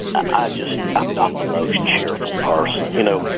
i just i'm not the most cheerful person. you know,